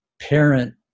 parent